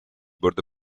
bordo